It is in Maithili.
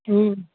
हूँ